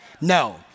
No